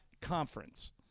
conference